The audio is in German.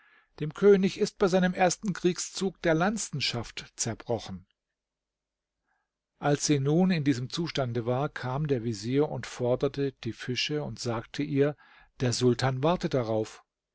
dem könig ist bei seinem ersten kriegszug der lanzenschaft zerbrochen ein arabisches sprichwort von einem dem gleich der anfang seines unternehmens mißlingt als sie nun in diesem zustande war kam der vezier und forderte die fische und sagte ihr der sultan warte darauf